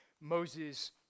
Moses